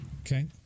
Okay